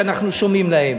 שאנחנו שומעים להם,